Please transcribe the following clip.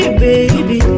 baby